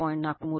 43o 30o ಆಗಿತ್ತು